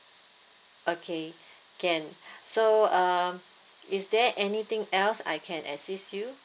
okay can so uh is there anything else I can assist you